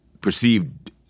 perceived